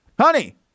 Honey